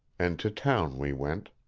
and to town we went.